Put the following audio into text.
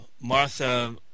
Martha